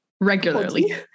regularly